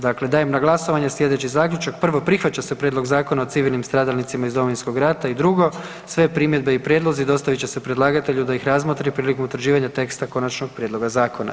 Dakle, dajem na glasovanje slijedeći zaključak: Prvo, prihvaća se prijedlog Zakona o civilnim stradalnicima iz Domovinskog rata i drugo sve primjedbe i prijedlozi dostavit će se predlagatelju da ih razmotri prilikom utvrđivanja teksta konačnog prijedloga zakona.